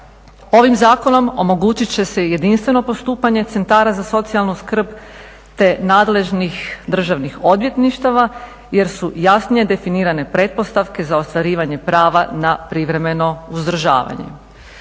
Ovim zakonom omogućit će se i jedinstveno postupanje centara za socijalnu skrb, te nadležnih državnih odvjetništava jer su jasnije definirane pretpostavke za ostvarivanje prava na privremeno uzdržavanje.